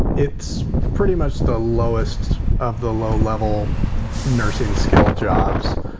it's pretty much the lowest of the low level nursing skill jobs.